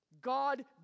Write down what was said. God